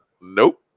Nope